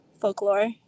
folklore